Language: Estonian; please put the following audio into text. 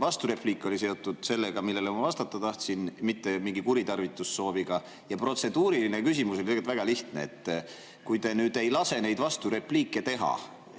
vasturepliik oli seotud sellega, millele ma vastata tahtsin, mitte mingi kuritarvitussooviga, ja protseduuriline küsimus on väga lihtne. Kui te nüüd ei lase neid vasturepliike teha,